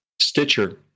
Stitcher